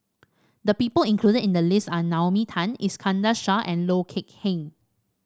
the people included in the list are Naomi Tan Iskandar Shah and Loh Kok Heng